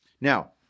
Now